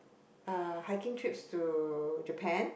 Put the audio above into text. uh hiking trips to Japan